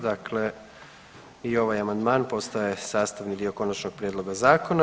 Dakle i ovaj amandman postaje sastavni dio konačnog prijedloga zakona.